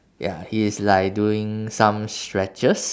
ya he is like doing some stretches